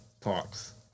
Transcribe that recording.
parks